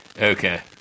Okay